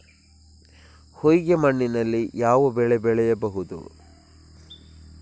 ಹೊಯ್ಗೆ ಮಣ್ಣಿನಲ್ಲಿ ಯಾವ ಬೆಳೆ ಬೆಳೆಯಬಹುದು?